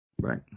right